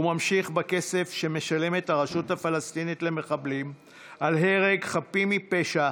ונמשך בכסף שמשלמת הרשות הפלסטינית למחבלים על הרג חפים מפשע,